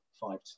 five